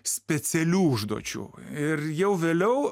specialių užduočių ir jau vėliau